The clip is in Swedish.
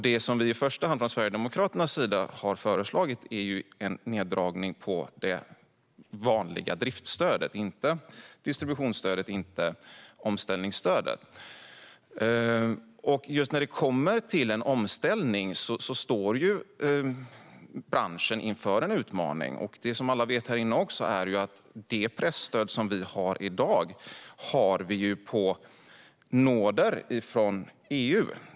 Det som vi från Sverigedemokraternas sida i första hand har föreslagit är en neddragning av det vanliga driftsstödet - inte av distributionsstödet eller omställningsstödet. När det kommer till en omställning står branschen inför en utmaning. Något annat som alla här inne vet är att vi har det presstöd som vi har i dag på nåder från EU.